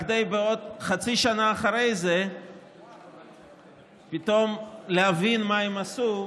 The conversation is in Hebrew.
רק חצי שנה אחר כך פתאום הן הבינו מה הן עשו,